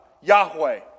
Yahweh